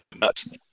nuts